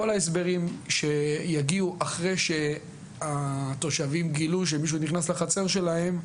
כל ההסברים שיגיעו אחרי שהתושבים גילו שמישהו נכנס לחצר שלהם,